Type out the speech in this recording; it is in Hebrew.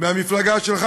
מהמפלגה שלך,